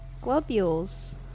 Globules